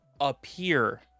appear